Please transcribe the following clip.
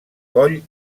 coll